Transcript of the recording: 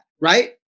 right